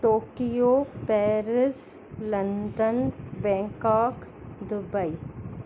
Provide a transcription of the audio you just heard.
Tokyo Paris London Bangkok Dubai